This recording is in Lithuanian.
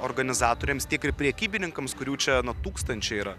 organizatoriams tiek ir prekybininkams kurių čia na tūkstančiai yra